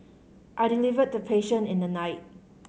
I delivered the patient in the night